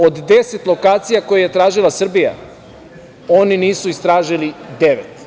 Od deset lokacija koje je tražila Srbija, oni nisu istražili devet.